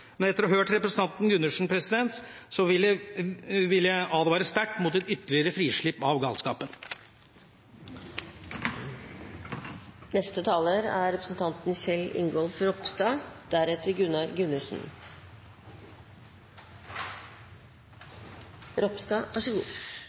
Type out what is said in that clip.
Men etter å ha hørt representanten Gundersen, vil jeg advare sterkt mot et ytterligere frislipp av